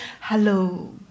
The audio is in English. hello